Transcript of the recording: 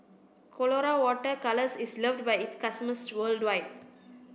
Colora Water Colours is loved by its customers worldwide